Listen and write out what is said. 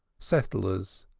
settlers,